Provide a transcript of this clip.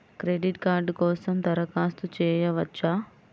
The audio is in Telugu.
క్రెడిట్ కార్డ్ కోసం దరఖాస్తు చేయవచ్చా?